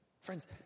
Friends